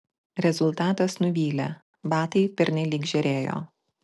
rezultatas nuvylė batai pernelyg žėrėjo